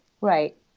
Right